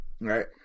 right